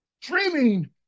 dreaming